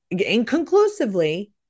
inconclusively